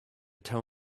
tell